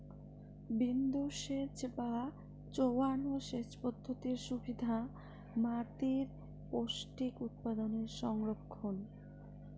বিন্দুসেচ বা চোঁয়ানো সেচ পদ্ধতির সুবিধা মাতীর পৌষ্টিক উপাদানের সংরক্ষণ